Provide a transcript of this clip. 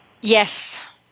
Yes